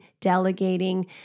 delegating